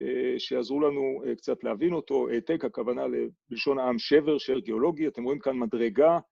שיעזרו לנו קצת להבין אותו, העתק הכוונה לבלשון העם שבר של גיאולוגיה, אתם רואים כאן מדרגה